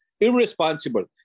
irresponsible